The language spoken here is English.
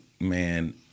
man